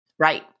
Right